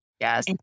Yes